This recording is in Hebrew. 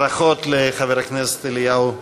(חותם על ההצהרה) ברכות לחבר הכנסת אליהו בן-דהן,